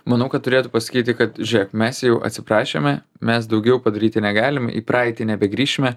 manau kad turėtų pasakyti kad žiūrėk mes jau atsiprašėme mes daugiau padaryti negalim į praeitį nebegrįšime